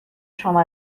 شما